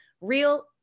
real